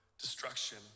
destruction